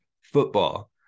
football